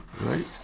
right